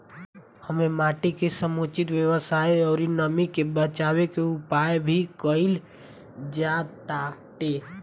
एमे माटी के समुचित व्यवस्था अउरी नमी के बाचावे के उपाय भी कईल जाताटे